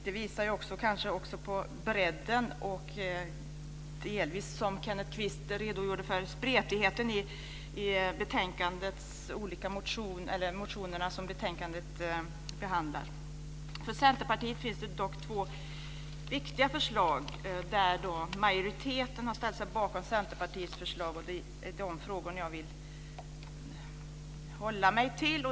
Det visar kanske också på bredden och delvis, som Kenneth Kvist redogjorde för, spretigheten i de olika motioner som betänkandet behandlar. Från Centerpartiet finns det dock två viktiga förslag som majoriteten har ställt sig bakom. Det är de frågorna jag vill hålla mig till.